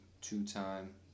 two-time